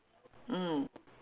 mm